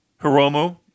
Hiromu